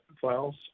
files